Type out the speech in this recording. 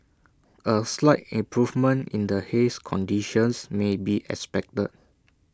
A slight improvement in the haze conditions may be expected